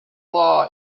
law